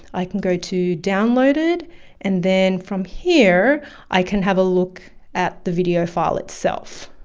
i can go to downloaded and then from here i can have a look at the video file itself.